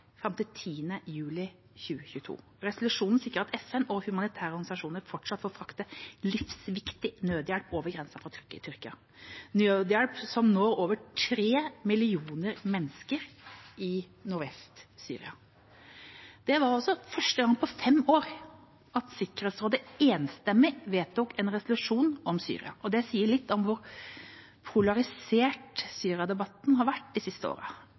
fram til 10. juli 2022. Resolusjonen sikrer at FN og humanitære organisasjoner fortsatt får frakte livsviktig nødhjelp over grensen fra Tyrkia, nødhjelp som når over tre millioner mennesker i Nordvest-Syria. Det var første gang på fem år at Sikkerhetsrådet enstemmig vedtok en resolusjon om Syria. Det sier litt om hvor polarisert Syria-debatten har vært de siste